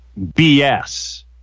BS